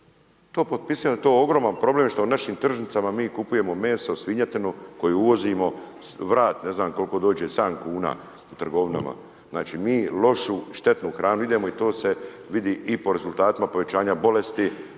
to potpisivam, to je ogroman problem što na našim tržnicama mi kupujemo meso, svinjetinu koju uvozimo, vrat ne znam koliko dođe, 7 kuna u trgovinama. Znači mi lošu, štetnu hranu jedemo i to se vidi i po rezultatima pojačanja bolesti,